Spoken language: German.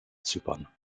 zypern